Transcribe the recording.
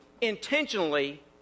intentionally